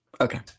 Okay